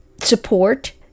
support